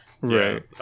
right